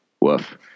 Woof